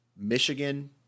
michigan